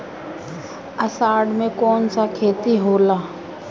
अषाढ़ मे कौन सा खेती होला?